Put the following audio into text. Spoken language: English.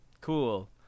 cool